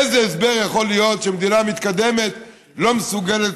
איזה הסבר יכול להיות שמדינה מתקדמת לא מסוגלת